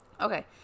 okay